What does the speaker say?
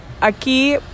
aquí